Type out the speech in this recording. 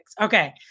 Okay